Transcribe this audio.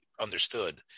understood